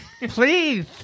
Please